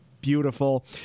beautiful